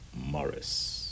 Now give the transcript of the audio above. Morris